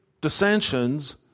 dissensions